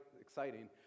exciting